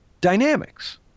dynamics